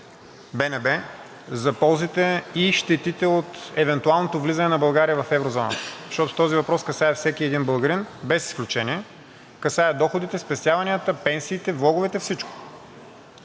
БНБ, за ползите и щетите от евентуалното влизане на България в еврозоната, защото този въпрос касае всеки един българин без изключение, касае доходите, спестяванията, пенсиите, влоговете, всичко,